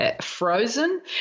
frozen